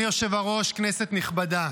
אדוני היושב-ראש, כנסת נכבדה,